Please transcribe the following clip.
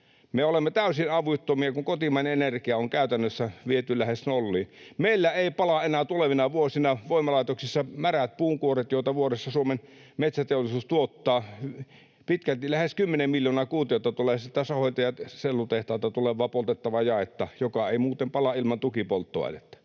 Me olemme täysin avuttomia, kun kotimainen energia on käytännössä viety lähes nolliin. Meillä eivät pala enää tulevina vuosina voimalaitoksissa märät puunkuoret, joita Suomen metsäteollisuus tuottaa. Lähes kymmenen miljoonaa kuutiota vuodessa tulee sellutehtaalta poltettavaa jaetta, joka ei muuten pala ilman tukipolttoainetta.